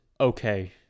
Okay